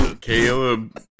Caleb